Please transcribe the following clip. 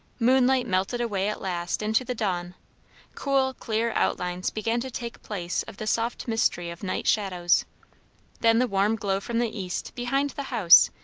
moonlight melted away at last into the dawn cool clear outlines began to take place of the soft mystery of night shadows then the warm glow from the east, behind the house,